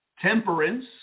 temperance